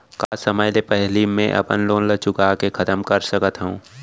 का समय ले पहिली में अपन लोन ला चुका के खतम कर सकत हव?